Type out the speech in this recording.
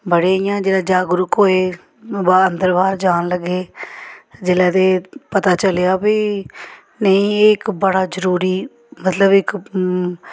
बड़े इ'यां जेल्लै जागरूक होए बा अंदर बाह्र जान लग्गे जेल्लै ते पता चलेआ भई नेईं एह् इक बड़ा जरूरी मतलब इक